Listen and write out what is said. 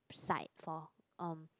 side for um